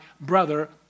brother